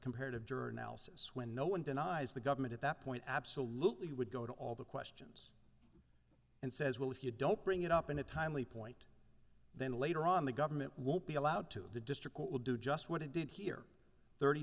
comparative juror analysis when no one denies the government at that point absolutely would go to all the questions and says well if you don't bring it up in a timely point then later on the government won't be allowed to the district will do just what he did here thirty